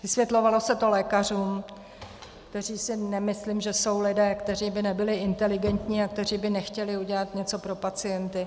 Vysvětlovalo se to lékařům, kteří si nemyslím, že jsou lidé, kteří by nebyli inteligentní a kteří by nechtěli udělat něco pro pacienty.